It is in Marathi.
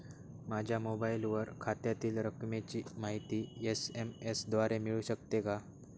माझ्या मोबाईलवर खात्यातील रकमेची माहिती एस.एम.एस द्वारे मिळू शकते का?